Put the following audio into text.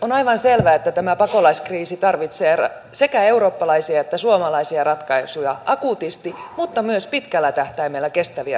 on aivan selvää että tämä pakolaiskriisi tarvitsee sekä eurooppalaisia että suomalaisia ratkaisuja akuutisti mutta myös pitkällä tähtäimellä kestäviä ratkaisuja